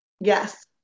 Yes